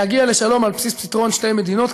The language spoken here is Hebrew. להגיע לשלום על בסיס פתרון שתי מדינות,